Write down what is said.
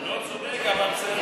הוא לא צודק אבל בסדר.